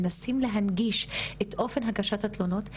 מנסים להנגיש את אופן הגשת התלונות.